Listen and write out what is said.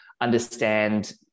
understand